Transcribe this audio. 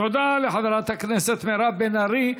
תודה לחברת הכנסת מירב בן ארי.